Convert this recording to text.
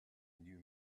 new